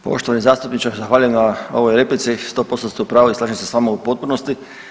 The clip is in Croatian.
Poštovani zastupniče zahvaljujem na ovoj replici, 100% ste u pravu i slažem se s vama u potpunosti.